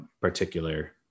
particular